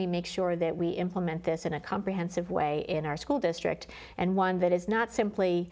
we make sure that we implement this in a comprehensive way in our school district and one that is not simply